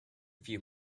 few